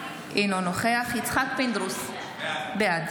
אינו נוכח יצחק פינדרוס, בעד